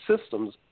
systems